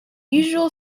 usual